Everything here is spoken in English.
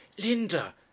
linda